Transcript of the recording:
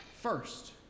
first